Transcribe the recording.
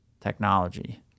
technology